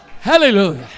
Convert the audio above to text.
Hallelujah